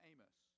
Amos